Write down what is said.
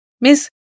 Miss